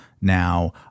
now